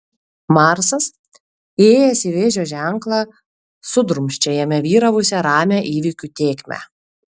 marsas įėjęs į vėžio ženklą sudrumsčia jame vyravusią ramią įvykių tėkmę